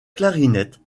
clarinette